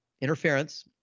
interference